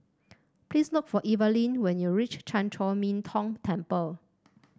please look for Evalyn when you reach Chan Chor Min Tong Temple